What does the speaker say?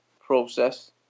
process